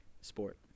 sport